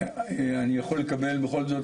אני יכול לקבל בכל זאת,